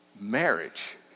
marriage